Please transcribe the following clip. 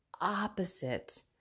opposite